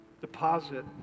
deposit